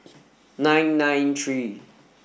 nine nine three